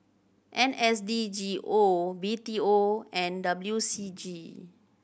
N S D G O B T O and W C G